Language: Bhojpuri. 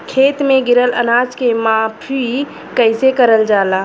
खेत में गिरल अनाज के माफ़ी कईसे करल जाला?